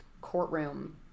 courtroom